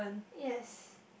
yes